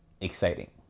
exciting